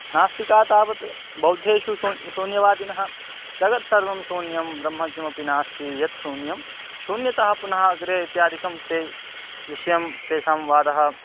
नास्तिकाः तावत् बौद्धेषु शून्यं शून्यवादिनः जगत् सर्वं शून्यं ब्रह्म किमपि नास्ति यत् शून्यं शून्यतः पुनः अग्रे इत्यादिकं ते विषयं तेषां वादः